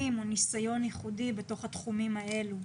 או ניסיון ייחודי בתוך התחומים האלו.